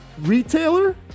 retailer